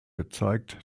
gezeigt